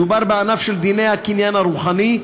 מדובר בענף של דיני הקניין הרוחני,